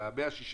שה-160